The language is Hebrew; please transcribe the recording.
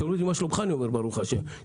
כששואלים אותי "מה שלומך?", אני אומר: ברוך השם.